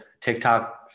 TikTok